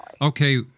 Okay